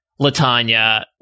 LaTanya